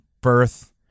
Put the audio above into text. birth